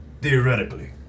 theoretically